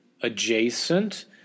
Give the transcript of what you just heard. adjacent